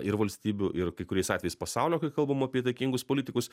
ir valstybių ir kai kuriais atvejais pasaulio kai kalbam apie įtakingus politikus